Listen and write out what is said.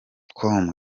com